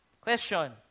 Question